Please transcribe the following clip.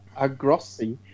Agrossi